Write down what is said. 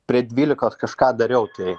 prie dvylikos kažką dariau tai